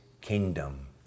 kingdom